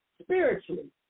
spiritually